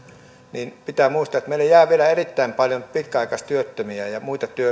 niin pitää muistaa että meille jää vielä erittäin paljon pitkäaikaistyöttömiä ja ja muita